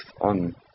on